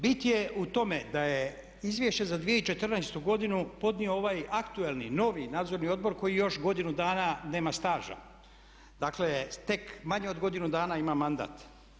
Bit je u tome da je izvješće za 2014. podnio ovaj aktualni novi nadzorni odbor koji još godinu dana nema staža, dakle, tek manje od godinu dana ima mandat.